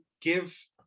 give